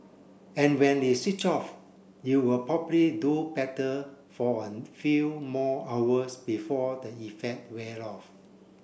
and when is switch off you will probably do better for a few more hours before the effect wear off